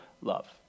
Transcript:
love